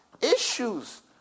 issues